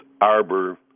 arbor